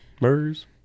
MERS